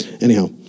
Anyhow